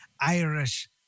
Irish